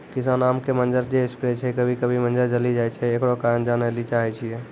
किसान आम के मंजर जे स्प्रे छैय कभी कभी मंजर जली जाय छैय, एकरो कारण जाने ली चाहेय छैय?